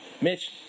Mitch